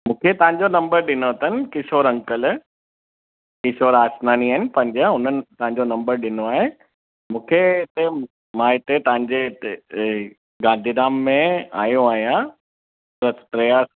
मूंखे तव्हांजो नम्बर ॾिनो अथन किशोर अंकल किशोर आसनानी आहिनि पंज हुननि तव्हांजो नम्बर ॾिनो आहे मूंखे हिते मां हिते तव्हांजे हिते गांधीधाम में आयो आहियां त त्रिया